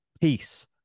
peace